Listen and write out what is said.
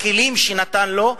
בכלים שהוא נתן לו,